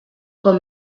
com